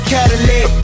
Cadillac